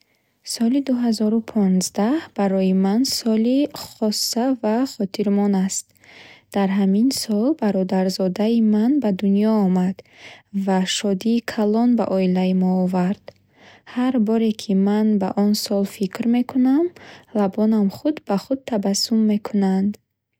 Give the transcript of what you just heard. Соли дуҳазору понздаҳ барои ман соли хоса ва хотирмон аст. Дар ҳамин сол бародарзодаи ман ба дунё омад ва шодии калон ба оилаи мо овард. Ҳар боре ки ман ба он сол фикр мекунам, лабонам худ ба худ табассум мекунанд.